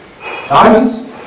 diamonds